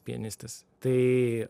pianistas tai